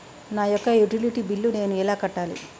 నా యొక్క utility bill నేను ఎలా కట్టాలి?